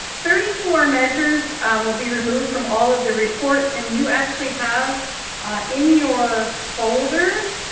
thirty four measures will be removed from all of the reports. and you actually have in your folder